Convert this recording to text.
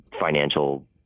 financial